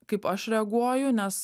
kaip aš reaguoju nes